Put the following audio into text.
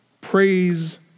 praise